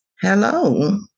Hello